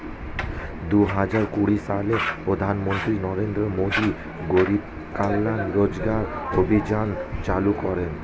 দুহাজার কুড়ি সালে প্রধানমন্ত্রী নরেন্দ্র মোদী গরিব কল্যাণ রোজগার অভিযান চালু করেন